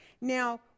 Now